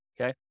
Okay